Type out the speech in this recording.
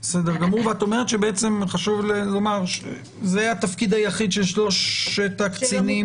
את אומרת שבעצם חשוב לומר שזה התפקיד היחיד של שלושת הקצינים,